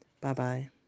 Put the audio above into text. Bye-bye